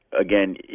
Again